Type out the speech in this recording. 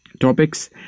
topics